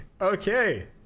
Okay